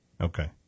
Okay